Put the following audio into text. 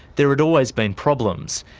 there had always been problems,